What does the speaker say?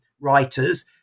writers